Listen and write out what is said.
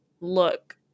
look